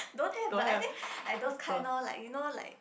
don't have but I think like those kind orh like you know like